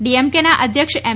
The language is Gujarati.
ડીએમકેના અધ્યક્ષ એમ